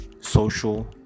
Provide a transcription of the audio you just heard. social